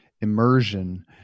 immersion